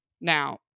Now